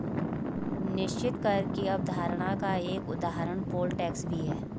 निश्चित कर की अवधारणा का एक उदाहरण पोल टैक्स भी है